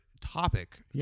topic